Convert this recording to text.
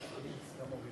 חברות וחברי הכנסת,